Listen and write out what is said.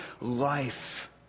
life